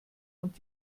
und